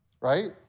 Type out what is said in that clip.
right